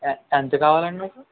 ఎ ఎంత కావాలి అండి మీకు